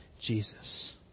Jesus